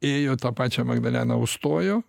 ėjo tą pačią magdaleną užstojo